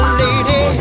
lady